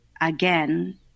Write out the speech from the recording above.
again